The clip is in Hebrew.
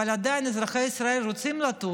אבל עדיין אזרחי ישראל רוצים לטוס.